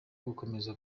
gukomeza